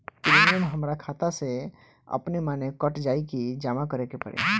Premium हमरा खाता से अपने माने कट जाई की जमा करे के पड़ी?